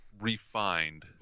Refined